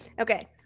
Okay